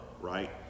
right